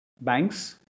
banks